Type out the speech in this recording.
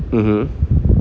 mmhmm